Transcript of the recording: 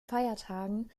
feiertagen